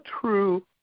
true